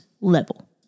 level